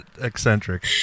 eccentric